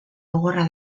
gogorra